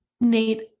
Nate